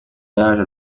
yaraje